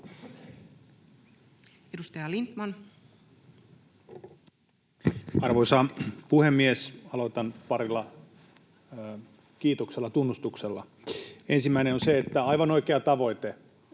15:38 Content: Arvoisa puhemies! Aloitan parilla kiitoksella, tunnustuksella. Ensimmäinen on se, että hallituksella